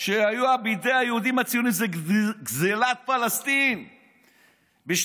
שהיה בידי היהודים הציונים זה גזלת פלסטין בשנת